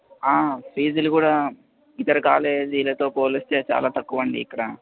ఫీజులు కూడా ఇతర కాలేజీలతో పోలీస్తే చాలా తక్కువ అండి ఇక్కడ